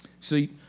See